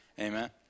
Amen